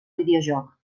videojoc